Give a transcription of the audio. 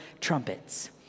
trumpets